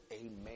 Amen